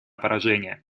поражение